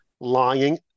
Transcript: lying